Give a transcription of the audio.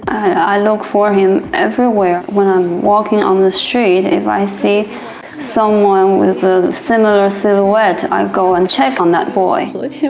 i look for him everywhere, when i'm walking on the street if i see someone with a similar silhouette i go and check on that boy.